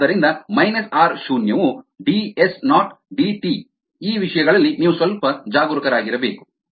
ಆದ್ದರಿಂದ minus R ಶೂನ್ಯವು D S not D T ಈ ವಿಷಯಗಳಲ್ಲಿ ನೀವು ಸ್ವಲ್ಪ ಜಾಗರೂಕರಾಗಿರಬೇಕು